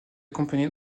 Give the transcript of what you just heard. accompagnée